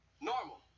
Normal